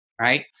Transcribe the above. right